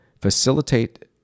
facilitate